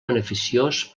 beneficiós